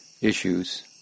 issues